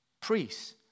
priests